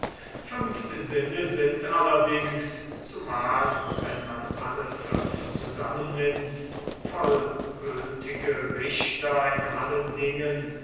fünf sinne sind allerdings zumal wenn man alle fünfe zusammennimmt vollgültige richter in allen dingen